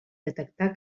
detectar